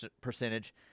percentage